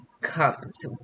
comes